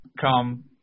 Come